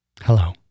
Hello